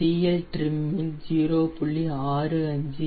063 CLtrim இன் 0